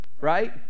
right